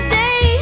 day